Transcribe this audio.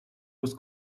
was